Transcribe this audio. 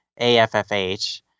AFFH